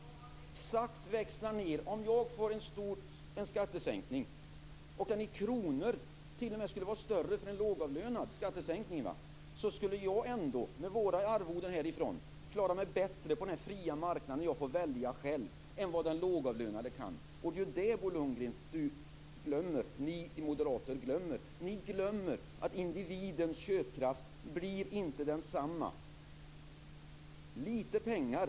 Fru talman! Bo Lundgren talar om att växla ned med exakt lika mycket. Om jag får en skattesänkning och en lågavlönad skulle få en skattesänkning som t.o.m. skulle vara större i kronor skulle jag ändå med våra arvoden härifrån klara mig bättre än den lågavlönade på den fria marknaden där jag får välja själv. Det är ju det ni moderater glömmer, Bo Lundgren. Ni glömmer att individens köpkraft inte blir densamma. Det handlar om lite pengar.